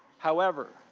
however,